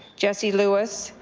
jesse lewis,